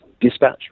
dispatch